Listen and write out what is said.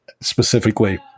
specifically